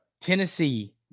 Tennessee